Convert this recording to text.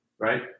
Right